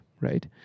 Right